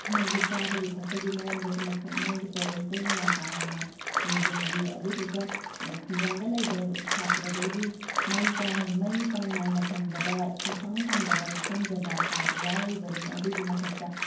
ꯃꯣꯏꯒꯤ ꯆꯥꯕꯒꯤ ꯊꯛꯄꯒꯤ ꯃꯔꯝꯗꯁꯨ ꯃꯣꯏꯒꯤ ꯄꯦꯔꯦꯟꯁꯀꯩꯅ ꯌꯥꯝ ꯀꯥ ꯍꯦꯟꯅ ꯌꯦꯡꯖꯟꯕꯤ ꯑꯗꯨꯗꯨꯒ ꯈꯨꯡꯒꯪꯗ ꯂꯩꯕ ꯁꯥꯇ꯭ꯔꯈꯩꯗꯤ ꯃꯩ ꯀꯥ ꯃꯩ ꯆꯥꯡ ꯅꯥꯏꯅ ꯐꯪꯗꯕ ꯁꯨꯡꯐꯪ ꯐꯪꯗꯕ ꯃꯐꯝ ꯖꯒꯥ ꯐꯥꯎꯕ ꯌꯥꯎꯔꯤꯕꯅꯤ ꯑꯗꯨꯒꯤꯁꯨ ꯃꯊꯛꯇ